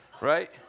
right